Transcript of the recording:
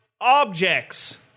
objects